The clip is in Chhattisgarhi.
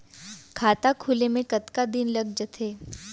खाता खुले में कतका दिन लग जथे?